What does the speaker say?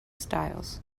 styles